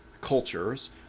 cultures